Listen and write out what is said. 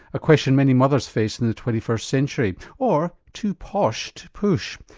a question many mothers face in the twenty first century. or too posh to push.